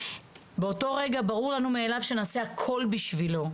באותו רגע ברור לנו מאליו שנעשה הכול בשבילו,